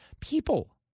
people